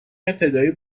ابتدایی